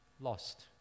lost